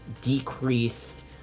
decreased